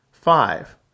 Five